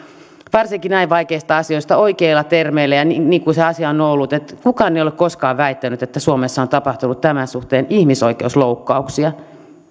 varsinkin näin vaikeista asioista oikeilla termeillä ja niin niin kuin se asia on ollut kukaan ei ole koskaan väittänyt että suomessa on tapahtunut tämän suhteen ihmisoikeusloukkauksia